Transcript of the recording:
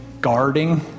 guarding